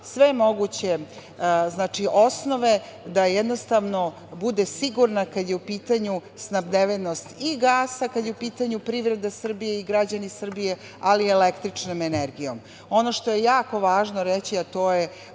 sve moguće osnove da bude sigurna, kada je u pitanju snabdevenost i gasa, kada je u pitanju privreda Srbije i građani Srbije, ali i električnom energijom. Ono što je jako važno reći, a to je